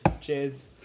Cheers